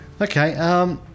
Okay